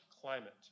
climate